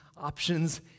options